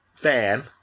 fan